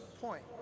point